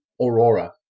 Aurora